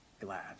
glad